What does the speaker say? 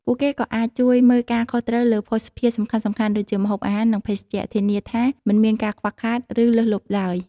ពួកគេក៏អាចជួយ មើលការខុសត្រូវ លើភ័ស្តុភារសំខាន់ៗដូចជា ម្ហូបអាហារ និង ភេសជ្ជៈ ធានាថាមិនមានការខ្វះខាត ឬលើសលប់ឡើយ។